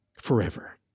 forever